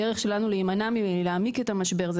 הדרך שלנו להימנע מלהעמיק את המשבר היא